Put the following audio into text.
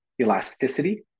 elasticity